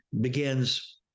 begins